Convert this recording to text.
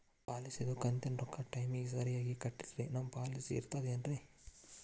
ಪಾಲಿಸಿದು ಕಂತಿನ ರೊಕ್ಕ ಟೈಮಿಗ್ ಸರಿಗೆ ಕಟ್ಟಿಲ್ರಿ ನಮ್ ಪಾಲಿಸಿ ಇರ್ತದ ಏನ್ರಿ?